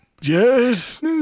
Yes